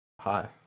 hi